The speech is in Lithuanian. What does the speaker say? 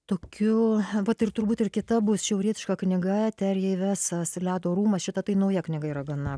tokiu vat ir turbūt ir kita bus šiaurietiška knyga terjei vesas ledo rūmas šita tai nauja knyga yra gana